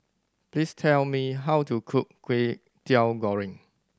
please tell me how to cook Kway Teow Goreng